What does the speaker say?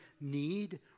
need